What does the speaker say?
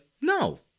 no